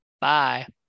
Bye